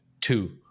two